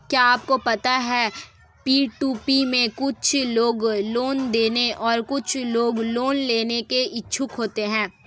क्या आपको पता है पी.टू.पी में कुछ लोग लोन देने और कुछ लोग लोन लेने के इच्छुक होते हैं?